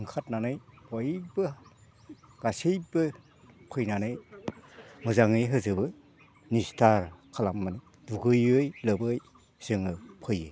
ओंखारनानै बयबो गासैबो फैनानै मोजाङै होजोबो निस्थार खालामनानै दुगैयै लोबै जोङो फैयो